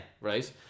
right